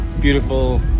beautiful